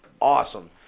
Awesome